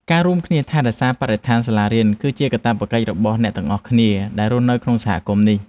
ការរួមគ្នាថែរក្សាបរិស្ថានសាលារៀន គឺជាកាតព្វកិច្ចរបស់អ្នកទាំងអស់គ្នាដែលរស់នៅក្នុងសហគមន៍នេះ។